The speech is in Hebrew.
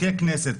ככנסת,